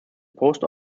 post